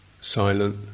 silent